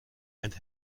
and